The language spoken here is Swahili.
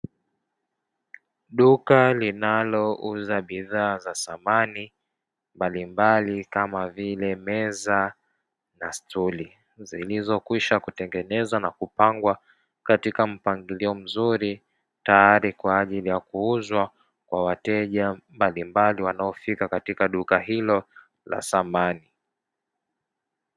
Duka linalouza bidhaa za samani mbalimbali, kama vile meza na stuli, zilizokwisha kutengenezwa na kupangwa katika mpangilio mzuri, tayari kwa ajili ya kuuzwa kwa wateja mbalimbali wanaofika katika duka hilo la samani.